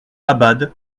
abad